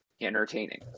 entertaining